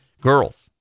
girls